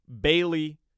Bailey